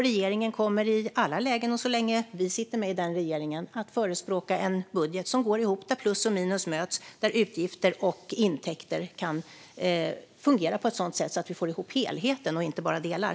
Regeringen kommer i alla lägen och så länge vi sitter i regeringsställning att förespråka en budget som går ihop, där plus och minus möts, där utgifter och intäkter kan fungera på ett sådant sätt att vi får ihop helheten och inte bara delar.